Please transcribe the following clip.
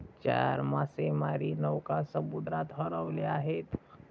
चार मासेमारी नौका समुद्रात हरवल्या आहेत